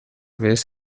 vez